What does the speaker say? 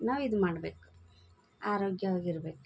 ನಾವು ಇದು ಮಾಡ್ಬೇಕು ಆರೋಗ್ಯವಾಗಿರ್ಬೇಕು